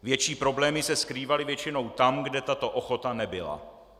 Větší problémy se skrývaly většinou tam, kde tato ochota nebyla.